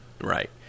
Right